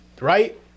right